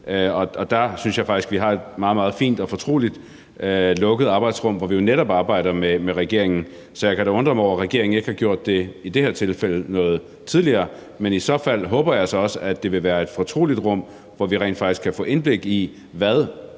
og der synes jeg faktisk vi har et meget, meget fint og fortroligt, lukket arbejdsrum, hvor vi jo netop arbejder med regeringen. Så jeg kan da undre mig over, at regeringen ikke har gjort det i det her tilfælde noget tidligere, men i så fald håber jeg så også, at det vil være et fortroligt rum, hvor vi rent faktisk kan få indblik i, hvad,